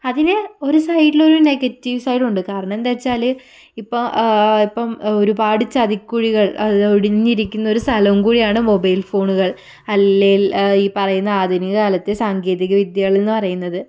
അതിന് ഒരു സൈഡിൽ ഒരു നെഗറ്റീവ് സൈഡ് ഉണ്ട് കാരണം എന്താച്ചാൽ ഇപ്പം ഇപ്പം ഒരുപാട് ചതിക്കുഴികൾ അത് ഒളിഞ്ഞിരിക്കുന്ന ഒരു സ്ഥലം കൂടിയാണ് മൊബൈൽ ഫോണുകൾ അല്ലെങ്കിൽ ഈ പറയുന്ന ആധുനിക കാലത്ത് സാങ്കേതിക വിദ്യകൾ എന്ന് പറയുന്നത്